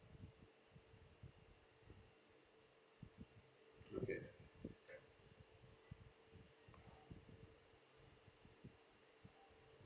okay